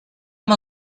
amb